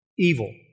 evil